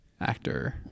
actor